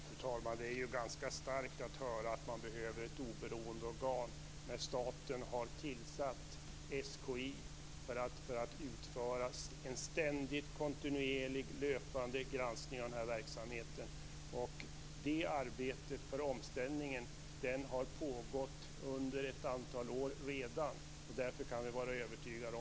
Fru talman! Det är ganska starkt att höra att man behöver ett oberoende organ när staten har tillsatt SKI för att utföra en ständig, kontinuerlig, löpande granskning av verksamheten. Arbetet för en omställning har pågått under ett antal år redan, och därför kan vi vara övertygade.